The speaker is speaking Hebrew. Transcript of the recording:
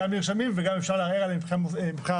גם נרשמים וגם אפשר לערער עליהם מבחינה תכנונית.